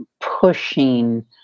pushing